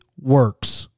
works